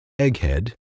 Egghead